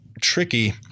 tricky